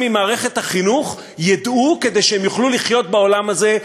ממערכת החינוך ידעו כדי שהם יוכלו לחיות בעולם הזה,